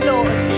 Lord